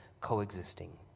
coexisting